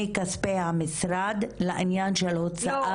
מכספי המשרד לעניין של הוצאת חולים כרוניים.